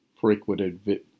frequented